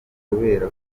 kubera